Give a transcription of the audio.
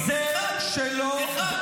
שם אחד.